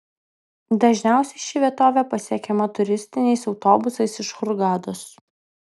dažniausiai ši vietovė pasiekiama turistiniais autobusais iš hurgados